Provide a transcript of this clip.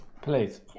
Please